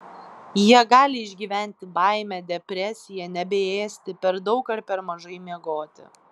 jie gali išgyventi baimę depresiją nebeėsti per daug ar per mažai miegoti